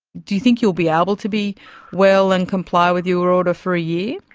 do you think you'll be able to be well and comply with your order for a year?